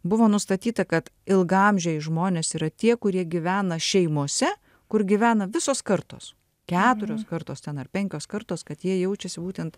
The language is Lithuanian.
buvo nustatyta kad ilgaamžiai žmonės yra tie kurie gyvena šeimose kur gyvena visos kartos keturios kartos ten ar penkios kartos kad jie jaučiasi būtent